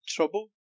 Trouble